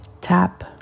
tap